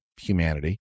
humanity